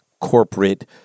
corporate